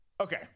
Okay